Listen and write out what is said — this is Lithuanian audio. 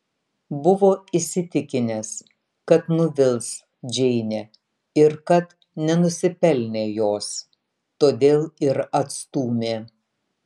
buvo įsitikinęs kad nuvils džeinę ir kad nenusipelnė jos todėl ir atstūmė